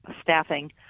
staffing